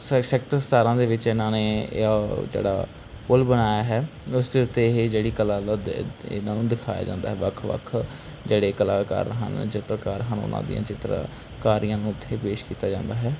ਸੈਕ sector ਸਤਾਰ੍ਹਾਂ ਦੇ ਵਿੱਚ ਇਨ੍ਹਾਂ ਨੇ ਜਿਹੜਾ ਪੁੱਲ ਬਣਾਇਆ ਹੈ ਇਸ ਦੇ ਉੱਤੇ ਇਹ ਜਿਹੜੀ ਕਲਾ ਦਾ ਇਨ੍ਹਾਂ ਨੂੰ ਦਿਖਾਇਆ ਜਾਂਦਾ ਹੈ ਵੱਖ ਵੱਖ ਜਿਹੜੇ ਕਲਾਕਾਰ ਹਨ ਚਿੱਤਰਕਾਰ ਹਨ ਉਨ੍ਹਾਂ ਦੀਆਂ ਚਿੱਤਰਕਾਰੀਆਂ ਨੂੰ ਉੱਥੇ ਪੇਸ਼ ਕੀਤਾ ਜਾਂਦਾ ਹੈ